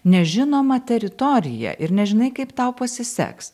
nežinomą teritoriją ir nežinai kaip tau pasiseks